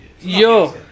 Yo